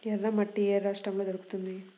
ఎర్రమట్టి ఏ రాష్ట్రంలో దొరుకుతుంది?